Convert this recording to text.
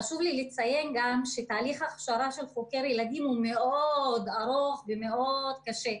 חשוב לי גם לציין שתהליך ההכשרה של חוקר ילדים הוא מאוד ארוך ומאוד קשה.